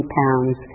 pounds